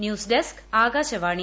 news desk Akashvani